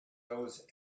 those